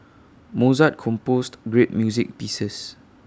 Mozart composed great music pieces